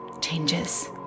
changes